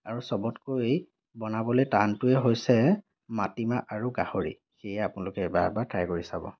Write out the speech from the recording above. আৰু চবতকৈ বনাবলৈ টানটোৱেই হৈছে মাটিমাহ আৰু গাহৰি সেয়ে আপোনালোকে এবাৰ এবাৰ ট্ৰাই কৰি চাব